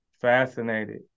fascinated